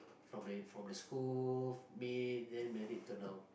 from the from the school meet then married to now